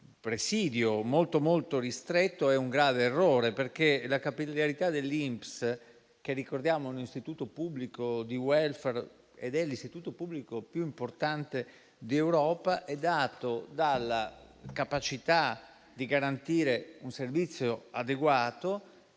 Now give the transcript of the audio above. presidio molto ristretto è un grave errore, perché ciò che fa dell'INPS, che - ricordiamolo - è un istituto pubblico di *welfare*, l'istituto pubblico più importante d'Europa è, oltre alla capacità di garantire un servizio adeguato,